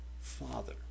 Father